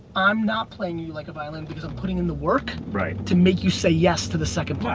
i'm not playing you like a violin because i'm putting in the work to make you say yes to the second part.